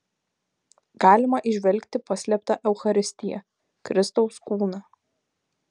galima įžvelgti paslėptą eucharistiją kristaus kūną